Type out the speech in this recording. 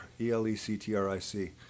E-L-E-C-T-R-I-C